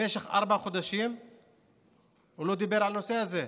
במשך ארבעה חודשים הוא לא דיבר על הנושא הזה.